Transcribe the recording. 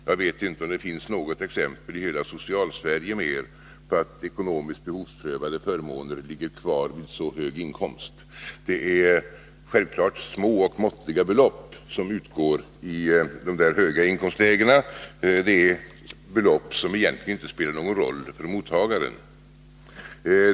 Jag vet inte om det finns något mer exempel i hela Socialsverige på att ekonomiskt behovsprövade förmåner ligger kvar vid så hög inkomst. Det är självklart små belopp som utgår i de höga inkomstlägena — det är belopp som egentligen inte spelar någon roll för mottagaren.